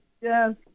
Yes